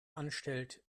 anstellt